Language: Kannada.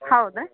ಹೌದಾ